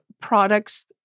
products